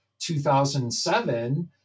2007